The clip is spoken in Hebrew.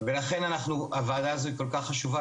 לכן הוועדה הזו כל כך חשובה,